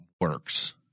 works